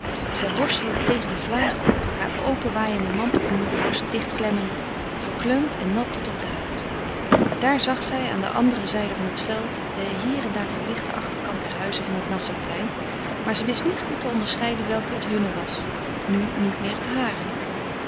zij worstelde tegen de vlagen op haar openwaaienden mantel om heur borst dichtklemmende verkleumd en nat tot op de huid daar zag zij aan de andere zijde van het veld den hier en daar verlichten achterkant der huizen van het nassauplein maar ze wist niet goed te onderscheiden welk het hunne was nu niet meer het hare